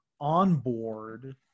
onboard